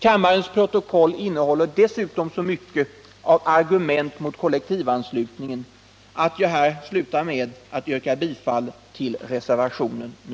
Kammarens protokoll innehåller dessutom så mycket av argument mot kollektivanslutningen att jag här slutar med att yrka bifall till reservationen k